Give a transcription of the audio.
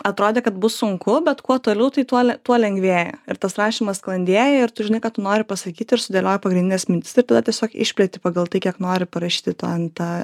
atrodė kad bus sunku bet kuo toliau tai tuo tuo lengvėja ir tas rašymas sklandėja ir tu žinai ką tu nori pasakyti ir sudėlioji pagrindines mintis ir tada tiesiog išpleti pagal tai kiek nori parašyti tą nt